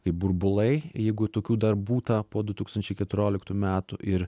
kaip burbulai jeigu tokių dar būta po du tūkstančiai keturioliktų metų ir